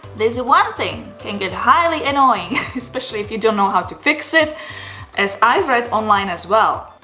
this one thing can get highly annoying especially if you don't know how to fix it as i' ve read online as well.